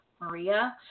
Maria